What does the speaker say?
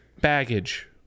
baggage